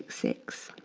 six.